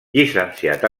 llicenciat